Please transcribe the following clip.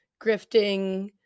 grifting